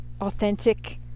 authentic